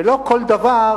ולא כל דבר,